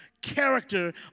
character